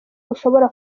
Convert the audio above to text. bushobora